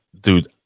dude